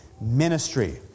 ministry